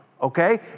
Okay